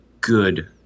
good